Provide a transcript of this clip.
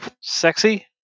sexy